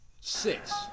Six